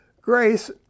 Grace